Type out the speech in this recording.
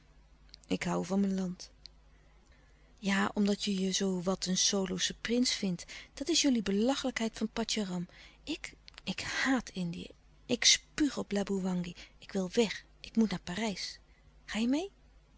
ik hoû van mijn land ja omdat je je zoo wat een solosche prins vindt dat is jullie belachelijkheid van patjaram ik ik haat indië ik spuug op laboewangi ik wil weg ik moet naar parijs